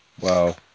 Wow